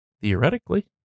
theoretically